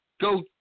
go